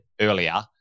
earlier